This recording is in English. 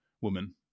woman